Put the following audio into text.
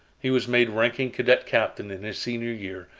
he was made ranking cadet captain in his senior year,